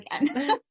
again